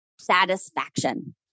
satisfaction